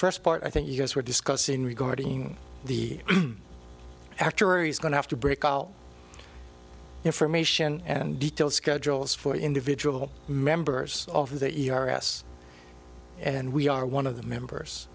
first part i think you guys were discussing regarding the actor is going to have to break all information and detail schedules for individual members of the ers and we are one of the members